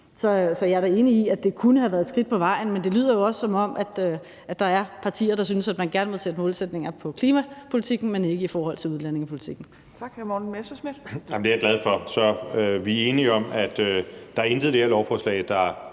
Så jeg er da enig i, at det kunne have været et skridt på vejen. Men det lyder jo også, som om der er partier, der synes, at man gerne må sætte målsætninger på klimapolitikken, men ikke i forhold til udlændingepolitikken. Kl. 14:35 Tredje næstformand (Trine Torp): Tak. Hr. Morten